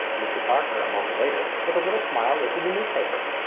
mr. parker, a moment later, with a little smile lifted the newspaper.